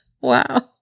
Wow